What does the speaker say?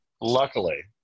luckily